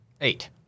Eight